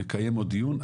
נקיים עוד דיון,